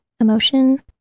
emotion